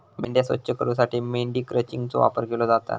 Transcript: मेंढ्या स्वच्छ करूसाठी मेंढी क्रचिंगचो वापर केलो जाता